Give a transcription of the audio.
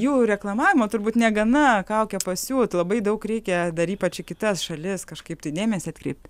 jų reklamavimo turbūt negana kaukę pasiūt labai daug reikia dar ypač į kitas šalis kažkaip tai dėmesį atkreipt